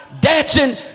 dancing